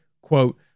quote